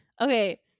Okay